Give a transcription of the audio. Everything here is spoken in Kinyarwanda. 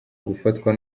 gufatwa